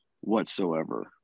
whatsoever